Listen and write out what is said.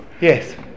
yes